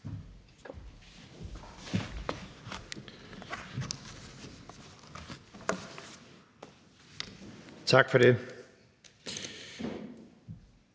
Tak for det.